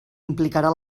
implicarà